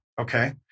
Okay